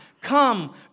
Come